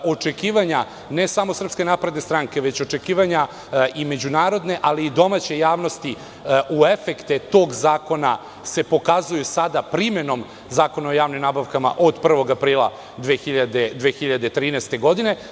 Očekivanja, ne samo SNS, već očekivanja i međunarodne i domaće javnosti u efekte tog zakona se pokazuju sada primenom Zakona o javnim nabavkama od 1. aprila 2013. godine.